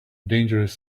dangerous